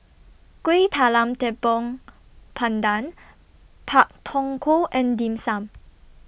Kueh Talam Tepong Pandan Pak Thong Ko and Dim Sum